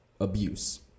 abuse